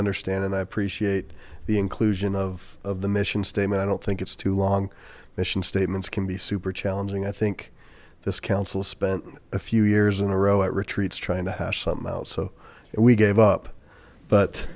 understand and i appreciate the inclusion of the mission statement i don't think it's too long mission statements can be super challenging i think this council spent a few years in a row at retreats trying to hash something out so we gave up but